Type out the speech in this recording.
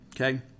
okay